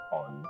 on